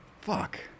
Fuck